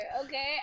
okay